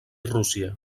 rússia